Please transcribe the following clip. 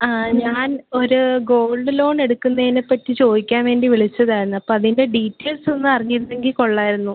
ഞാൻ ഒരു gold loan എടുക്കുന്നതിനെപ്പറ്റി ചോദിക്കാൻ വേണ്ടി വിളിച്ചതായിരുന്നു അപ്പം അതിന്റെ ഡീറ്റെയിൽസ് ഒന്ന് അറിഞ്ഞിരുന്നെങ്കിൽ കൊള്ളാമായിരുന്നു